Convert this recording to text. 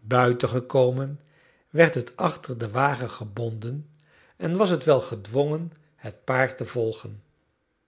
buiten gekomen werd het achter den wagen gebonden en was het wel gedwongen het paard te volgen